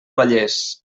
vallès